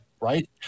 Right